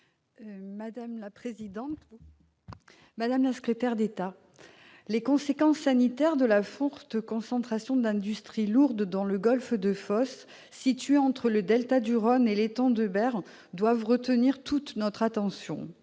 et solidaire. Madame la secrétaire d'État, les conséquences sanitaires de la forte concentration d'industries lourdes dans le golfe de Fos, situé entre le delta du Rhône et l'étang de Berre, doivent retenir toute notre attention.